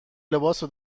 لباسو